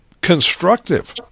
constructive